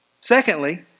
Secondly